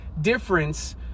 difference